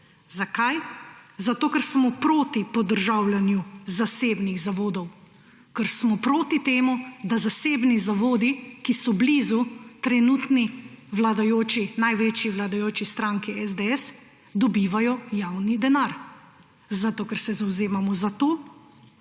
Zakaj? Zato ker smo proti podržavljanju zasebnih zavodov, ker smo proti temu, da zasebni zavodi, ki so blizu trenutni največji vladajoči stranki SDS, dobivajo javni denar. Zato ker se zavzemamo za to,